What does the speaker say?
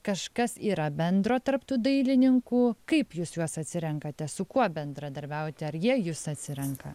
kažkas yra bendro tarp tų dailininkų kaip jūs juos atsirenkate su kuo bendradarbiauti ar jie jus atsirenka